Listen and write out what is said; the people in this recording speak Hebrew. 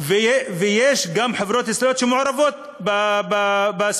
יש גם חברות ישראליות שעובדות בזה.